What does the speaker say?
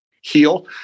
Heal